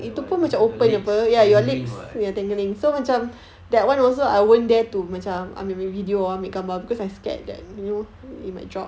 that one your legs dangling [what]